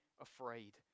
afraid